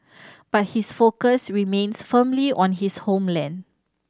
but his focus remains firmly on his homeland